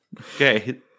Okay